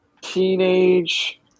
teenage